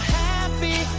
happy